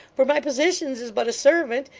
for my positions is but a servant,